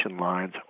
lines